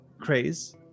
craze